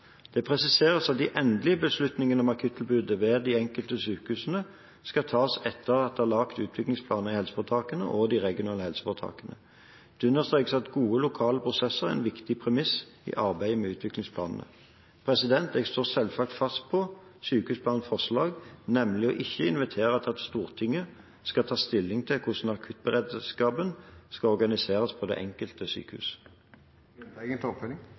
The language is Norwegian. Det presiseres at de endelige beslutningene om akuttilbudet ved de enkelte sykehusene skal tas etter at det er laget utviklingsplaner i helseforetakene og de regionale helseforetakene. Det understrekes at gode, lokale prosesser er en viktig premiss i arbeidet med utviklingsplanene. Jeg står selvsagt fast på sykehusplanens forslag, nemlig ikke å invitere til at Stortinget skal ta stilling til hvordan akuttberedskapen skal organiseres på det enkelte